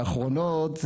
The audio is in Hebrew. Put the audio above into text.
והאחרונות,